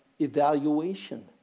evaluation